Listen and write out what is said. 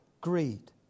greed